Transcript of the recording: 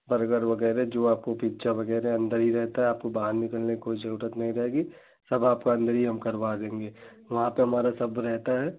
burger वग़ैरह जो आपको पिज़्ज़ा वग़ैरह अन्दर ही रहता है आपको बाहर निकलने की कोई जरूरत नहीं रहेगी सब आपका हम अन्दर ही करवा देंगे वहाँ पर हमारा सब रहता है